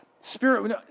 Spirit